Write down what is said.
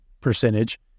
percentage